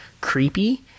creepy